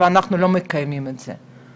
ואנחנו לא מקיימים את זה.